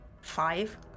five